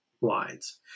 lines